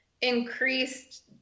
increased